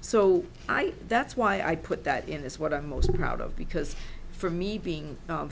so i that's why i put that in this what i'm most proud of because for me being